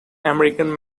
american